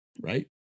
Right